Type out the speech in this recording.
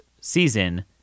season